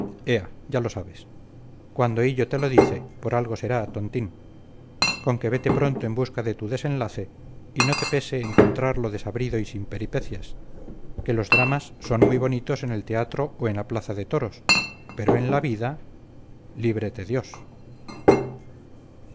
ya lo sabes cuando hillo te lo dice por algo será tontín con que vete pronto en busca de tu desenlace y no te pese encontrarlo desabrido y sin peripecias que los dramas son muy bonitos en el teatro o en la plaza de toros pero en la vida líbrete dios